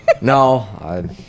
No